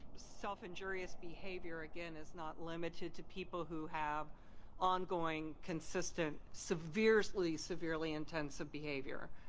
self-injureious behavior again is not limited to people who have ongoing consistent severely, severely intensive behavior,